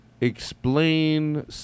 explain